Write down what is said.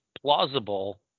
plausible